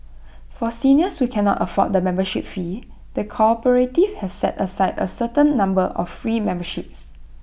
for seniors we cannot afford the membership fee the cooperative has set aside A certain number of free memberships